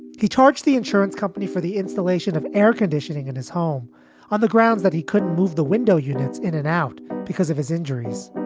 he charged the insurance company for the installation of air conditioning in his home on the grounds that he couldn't move the window units in and out because of his injuries.